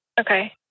Okay